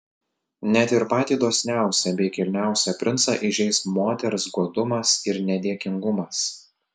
net ir patį dosniausią bei kilniausią princą įžeis moters godumas ir nedėkingumas